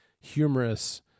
humorous